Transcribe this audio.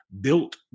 Built